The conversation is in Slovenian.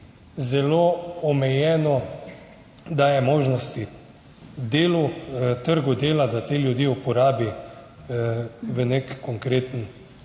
zelo omejeno daje možnosti trgu dela, da te ljudi uporabi za neki konkreten